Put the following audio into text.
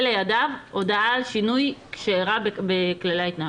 לידיו הודעה על שינוי שאירע בכללי ההתנהגות.